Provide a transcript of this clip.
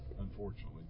unfortunately